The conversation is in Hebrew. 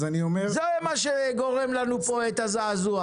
זה מה שגורם לנו פה את הזעזוע.